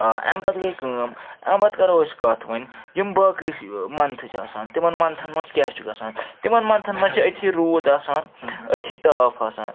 آ اَمہِ پَتہٕ گٔے کٲم اَمہِ پَتہٕ کَرو أسۍ کَتھ وۄنۍ یِم باقٕے مَنتھٕ چھِ آسان تِمَن مَنتھَن منٛز کیٛاہ چھُ گژھان تِمَن مَنتھَن مَنٛز چھِ أتھی روٗد آسان أتھی تاپھ آسان